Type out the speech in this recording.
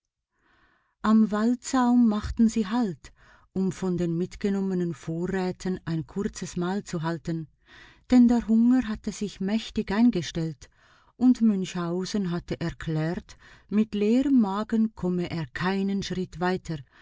am waldsaum machten sie halt um von den mitgenommenen vorräten ein kurzes mahl zu halten denn der hunger hatte sich mächtig eingestellt und münchhausen hatte erklärt mit leerem magen komme er keinen schritt weiter